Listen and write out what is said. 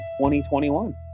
2021